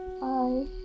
Bye